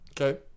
okay